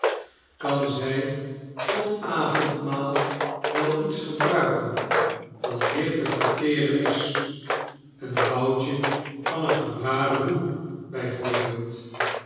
kan zij tot avondmaal wel iets gebruiken dat licht te verteren is een boutje van een gebraden hoen